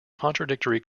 contradictory